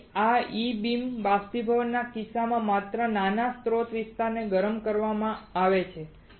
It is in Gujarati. તેથી આ E બીમ બાષ્પીભવનના કિસ્સામાં માત્ર નાના સ્ત્રોત વિસ્તારને ગરમ કરવામાં આવે છે